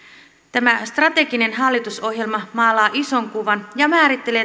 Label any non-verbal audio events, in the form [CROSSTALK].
tämä strateginen hallitusohjelma maalaa ison kuvan ja määrittelee [UNINTELLIGIBLE]